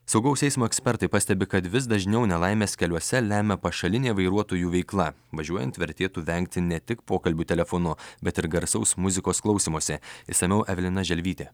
saugaus eismo ekspertai pastebi kad vis dažniau nelaimes keliuose lemia pašalinė vairuotojų veikla važiuojant vertėtų vengti ne tik pokalbių telefonu bet ir garsaus muzikos klausymosi išsamiau evelina želvytė